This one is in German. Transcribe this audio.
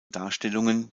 darstellungen